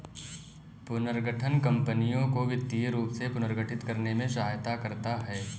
पुनर्गठन कंपनियों को वित्तीय रूप से पुनर्गठित करने में सहायता करता हैं